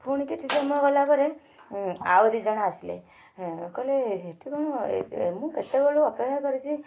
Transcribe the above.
ପୁଣି କିଛି ସମୟ ଗଲା ପରେ ଆଉ ଦୁଇଜଣ ଆସିଲେ କହିଲେ ଏଠି କ'ଣ ମୁଁ କେତେବେଳୁ ଅପେକ୍ଷା କରିଛି